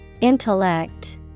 Intellect